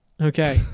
Okay